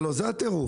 הלוא, זה הטירוף.